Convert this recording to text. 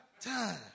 time